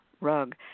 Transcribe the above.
rug